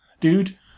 dude